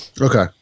Okay